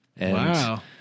Wow